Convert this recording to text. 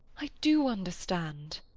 i do understand.